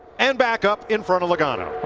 and back up in front of logano.